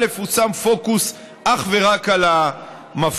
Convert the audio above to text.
הוא שם פוקוס אך ורק על המפכ"ל,